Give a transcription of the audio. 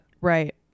Right